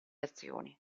azioni